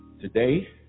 today